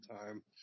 time